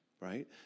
right